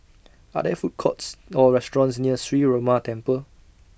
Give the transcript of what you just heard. Are There Food Courts Or restaurants near Sree Ramar Temple